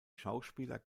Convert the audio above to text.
schauspieler